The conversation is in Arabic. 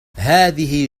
هذه